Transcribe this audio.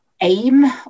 aim